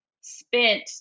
spent